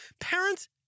Parents